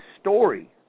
story